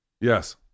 yes